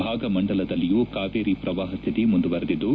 ಭಾಗಮಂಡಲದಲ್ಲಿಯೂ ಕಾವೇರಿ ಪ್ರವಾಪ ಸ್ಥಿತಿ ಮುಂದುವರೆದಿದ್ದು